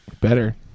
better